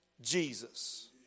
Jesus